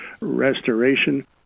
restoration